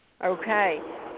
Okay